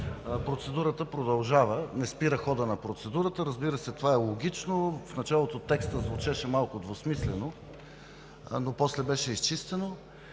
процедурата продължава, не спира ходът ѝ. Разбира се, това е логично. В началото текстът звучеше малко двусмислено, но после беше изчистен.